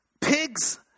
Pigs